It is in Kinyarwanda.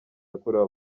yakorewe